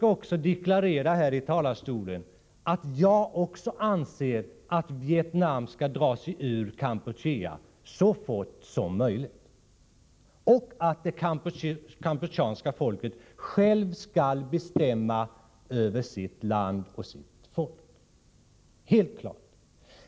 Jag vill också här i talarstolen deklarera att även jag anser att Vietnam skall dra sig ur Kampuchea så fort som möjligt och att det kampucheanska folket självt skall bestämma över sitt land. Det är helt klart.